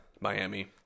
Miami